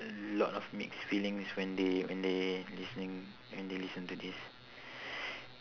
a lot of mixed feelings when they when they listening when they listen to this